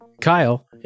Kyle